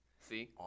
See